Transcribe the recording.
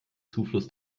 zufluss